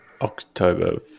October